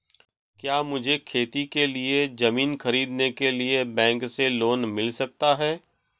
क्या मुझे खेती के लिए ज़मीन खरीदने के लिए बैंक से लोन मिल सकता है?